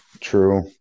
true